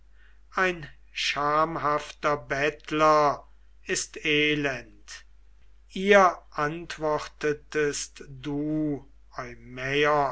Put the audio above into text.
ein schamhafter bettler ist elend ihr antwortetest du